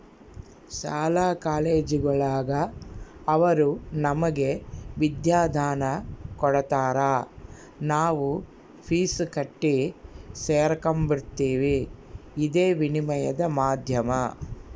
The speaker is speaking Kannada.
ಶಾಲಾ ಕಾಲೇಜುಗುಳಾಗ ಅವರು ನಮಗೆ ವಿದ್ಯಾದಾನ ಕೊಡತಾರ ನಾವು ಫೀಸ್ ಕಟ್ಟಿ ಸೇರಕಂಬ್ತೀವಿ ಇದೇ ವಿನಿಮಯದ ಮಾಧ್ಯಮ